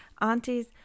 aunties